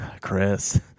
Chris